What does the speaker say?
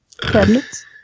cabinets